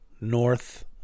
North